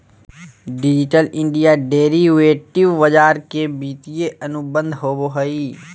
digital India derivative बाजार के वित्तीय अनुबंध होबो हइ